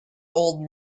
old